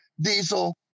diesel